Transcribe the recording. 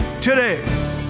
today